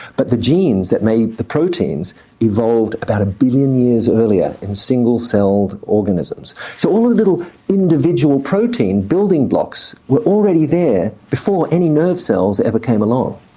but the genes that made the proteins evolved about a billion years earlier, in single cell organisms. so, all the little individual protein building blocks were already there before any nerve cells ever came along.